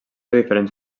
diferents